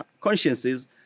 consciences